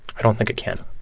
i don't think it can.